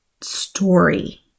story